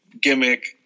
gimmick